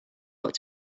ought